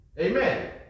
Amen